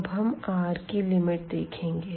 अब हम rकी लिमिट देखेंगे